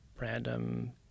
random